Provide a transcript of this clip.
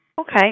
Okay